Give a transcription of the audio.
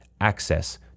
access